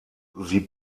sie